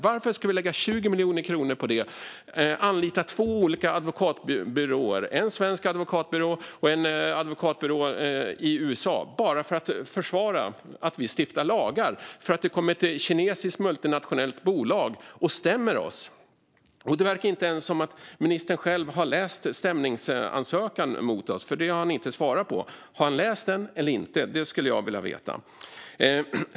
Varför ska vi lägga 20 miljoner kronor på detta och anlita två olika advokatbyråer, en svensk och en i USA, bara för att försvara att vi stiftar lagar för att ett kinesiskt multinationellt bolag stämmer oss? Det verkar inte ens som att ministern själv har läst stämningsansökan mot oss, för det har han inte svarat på. Har han läst den eller inte? Det skulle jag vilja veta.